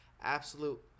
absolute